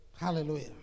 Hallelujah